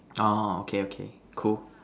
orh okay okay cool